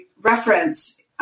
reference